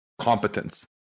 competence